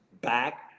back